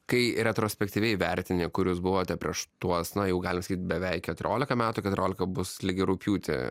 kai retrospektyviai vertini kur jūs buvote prieš tuos na jau galim sakyt beveik keturiolika metų keturiolika bus lyg ir rugpjūtį